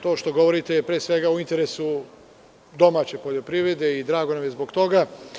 To što govorite je pre svega u interesu domaće poljoprivrede i drago nam je zbog toga.